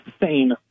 insane